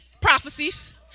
prophecies